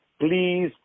please